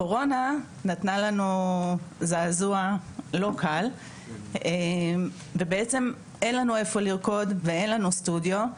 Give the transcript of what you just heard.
הקורונה נתנה לנו זעזוע לא קל ואין לנו איפה לרקוד ואין לנו סטודיו,